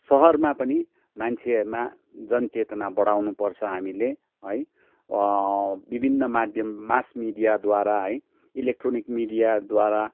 सहरमा पनि मान्छेमा जन चेतना बडाउनु पर्छ हामीले है विभिन्न माध्यम मास मिडियाद्वारा है इलेक्ट्रोनिक मिडियाद्वारा